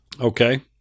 Okay